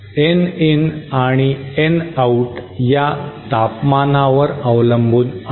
N in आणि N out या तापमानावर अवलंबून आहेत